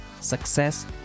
success